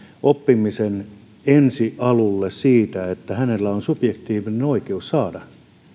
oppimisen ensialulle että hänellä on subjektiivinen oikeus saada